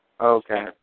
Okay